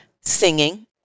singing